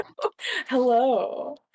hello